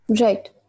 Right